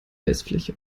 eisfläche